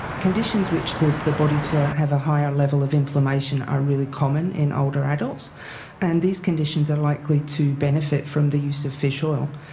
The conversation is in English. conditions which cause the body to have a higher level of inflammation are really common in older adults and these conditions are likely to benefit from the use of fish oil.